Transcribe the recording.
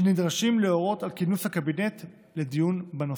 שנדרשים להורות על כינוס הקבינט לדיון בנושא.